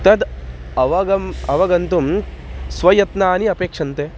तद् अवगं अवगन्तुं स्वयत्नानि अपेक्षन्ते